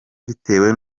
bitewe